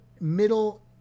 middle